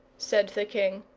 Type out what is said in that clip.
said the king.